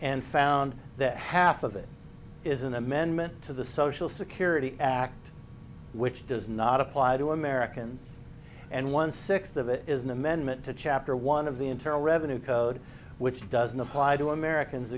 and found that half of it is an amendment to the social security act which does not apply to americans and one sixth of it is an amendment to chapter one of the internal revenue code which doesn't apply to americans